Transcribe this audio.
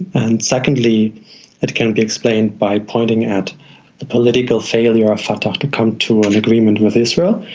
and secondly it can be explained by pointing at the political failure of fatah to come to an agreement with israel.